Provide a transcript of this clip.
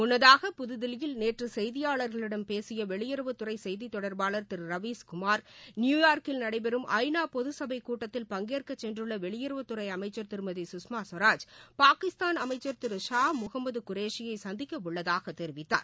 முள்ளதாக புதுதில்லியில் நேற்று செய்தியாளர்களிடம் பேசிய வெளியுறவுத்துறை செய்தி தொடர்பாளர் ரவீஸ்குமார் நியுயார்க்கில் நடைபெறும் ஐநா பொதுச் சபை கூட்டத்தில் பங்கேற்க சென்றுள்ள திரு வெளியுறவுத்துறை அமைச்சர் திருமதி குஷ்மா ஸ்வராஜ் பாகிஸ்தான் அமைச்சர் திரு ஷா முகமது குரேஷியை சந்திக்க உள்ளதாக தெரிவித்தார்